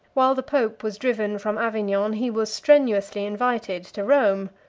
while the pope was driven from avignon, he was strenuously invited to rome.